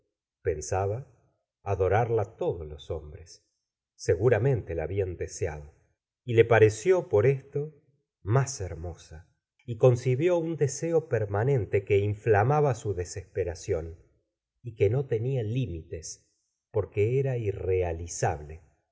chabian debido pensaba adorarla todos los hombres seguramente la habían deseado y le pareció por esto más hermosa y concibió un deseo permanente que inflamaba su desesperación y que no no tenia limites porque era irrealizable